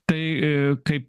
tai kaip